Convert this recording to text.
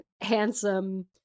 handsome